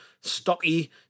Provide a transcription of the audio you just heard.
stocky